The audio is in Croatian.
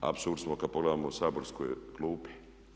Apsurd smo kada pogledamo saborske klupe.